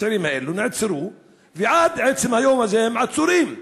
הצעירים האלה נעצרו, ועד עצם היום הזה הם עצורים.